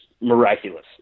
miraculous